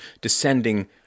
descending